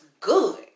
good